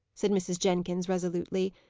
said mrs. jenkins resolutely.